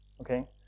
okay